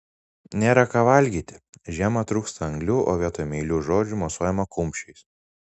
nėra ką valgyti žiemą trūksta anglių o vietoj meilių žodžių mosuojama kumščiais